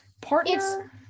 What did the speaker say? Partner